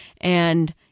And-